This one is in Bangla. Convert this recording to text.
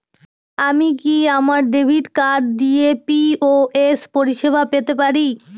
আমি কি আমার ডেবিট কার্ড দিয়ে পি.ও.এস পরিষেবা পেতে পারি?